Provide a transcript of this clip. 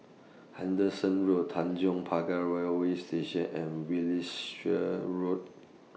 Henderson Road Tanjong Pagar Railway Station and Wiltshire Road